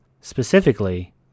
specifically